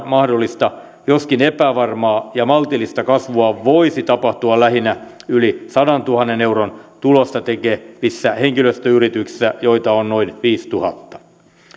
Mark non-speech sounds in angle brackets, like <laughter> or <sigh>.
<unintelligible> mahdollista joskin epävarmaa ja maltillista kasvua voisi tapahtua lähinnä yli sadantuhannen euron tulosta tekevissä henkilöstöyrityksissä joita on noin viisituhatta